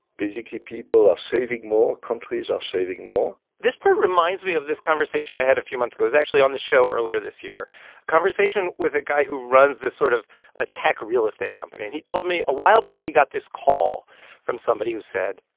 basically, people are saving more, countries are saving more this part reminds me of this conversation i had a few months actually on the show earlier this year a conversation with a guy who runs this sort of a tech real estate company. and he told me a while back, he got this call from somebody who said,